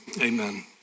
amen